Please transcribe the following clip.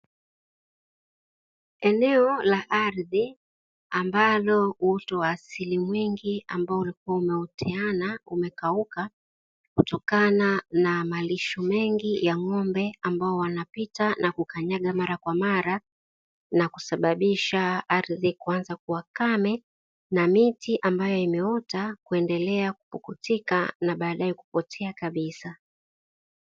Eneo la ardhi ambalo uoto wa asili mwingi ambao ulikua umeoteana umekauka kutokana na malisho mengi ya ng'ombe ambao wana pita na kukanyaga mara kwa mara na kusababisha ardhi kuanza kuwa kame na miti ambayo imeota kuendelea kupukutika na baadae kupotea kabisa.